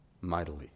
mightily